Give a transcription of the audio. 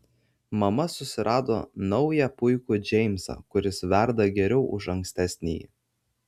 mama susirado naują puikų džeimsą kuris verda geriau už ankstesnįjį